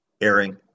airing